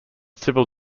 civil